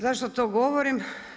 Zašto to govorim?